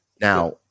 Now